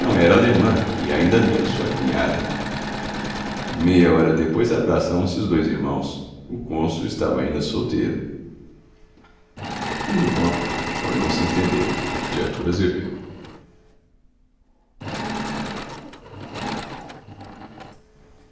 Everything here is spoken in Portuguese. era alemã e ainda menos sua cunhada meia hora depois abraçavam-se os dois irmãos o cônsul estava ainda solteiro era naquele